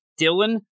Dylan